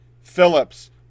Phillips